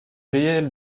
réel